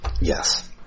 Yes